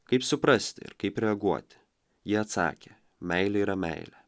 kaip suprasti ir kaip reaguoti ji atsakė meilė yra meilė